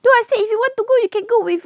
no I said if you want to go you can go with